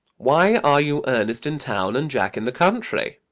why are you ernest in town and jack in the country?